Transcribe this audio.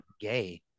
gay